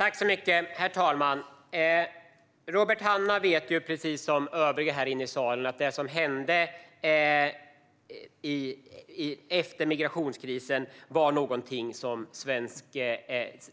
Herr talman! Robert Hannah vet precis som övriga här inne i salen att det som hände efter migrationskrisen var någonting som